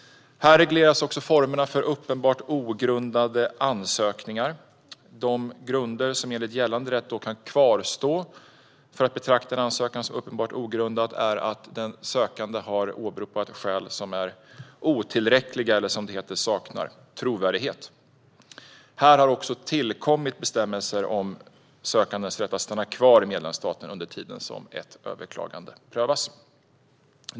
Här regleras också formerna för uppenbart ogrundade ansökningar. De grunder som enligt gällande rätt kan kvarstå för att betrakta en ansökan som uppenbart ogrundad är att den sökande har åberopat skäl som är otillräckliga eller, som det heter, saknar trovärdighet. Här har också tillkommit bestämmelser om den sökandes rätt att stanna kvar i medlemsstaten under tiden som ett överklagande prövas.